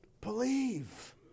believe